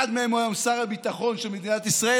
אחד מהם הוא היום השר הביטחון של מדינת ישראל